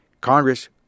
Congress